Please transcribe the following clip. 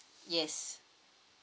yes